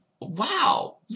Wow